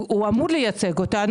הוא אמור לייצג אותנו,